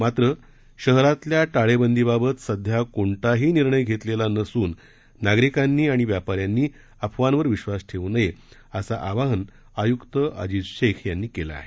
मात्र शहरातल्या टाळेबंदी बाबत सध्या कोणताही निर्णय घेतलेला नसून नागरिकांनी व व्यापाऱ्यांनी अफवांवर विश्वास ठेवू नये असं आवाहन आय्क्त अजीज शेख यांनी केलं आहे